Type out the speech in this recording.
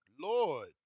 Lord